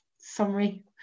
summary